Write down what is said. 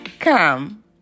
Come